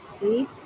See